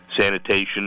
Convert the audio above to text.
sanitation